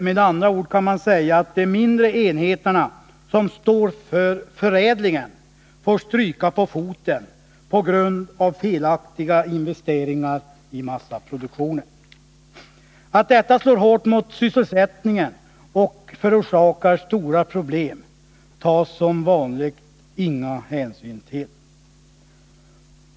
Med andra ord kan man säga att de mindre enheterna, som står för förädlingen, får stryka på foten på grund av felaktiga investeringar i massaproduktionen. Att detta slår hårt mot sysselsättningen och förorsakar stora problem tas som vanligt inga hänsyn till.